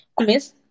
Miss